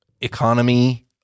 economy